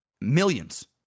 Millions